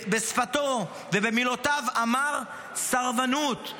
בשפתו ובמילותיו אמר: סרבנות.